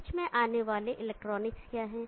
बीच में आने वाले इलेक्ट्रॉनिक क्या हैं